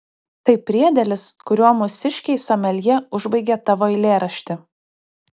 tai priedėlis kuriuo mūsiškiai someljė užbaigė tavo eilėraštį